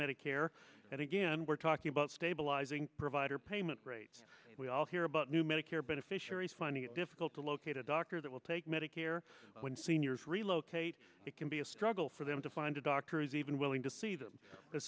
medicare and again we're talking about stabilizing provider payment rates we all hear about new medicare beneficiaries finding it difficult to locate a doctor that will take medicare when seniors relocate it can be a struggle for them to find a doctor is even willing to see them this